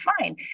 fine